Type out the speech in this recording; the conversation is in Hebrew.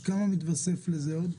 אז כמה מתווסף לזה עוד?